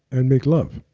and make love